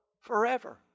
forever